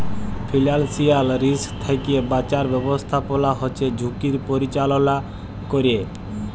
financial risk থ্যাইকে বাঁচার ব্যবস্থাপলা হছে ঝুঁকির পরিচাললা ক্যরে